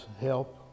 help